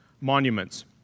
monuments